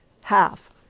half